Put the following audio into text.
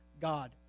God